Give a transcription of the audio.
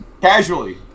Casually